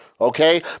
Okay